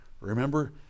Remember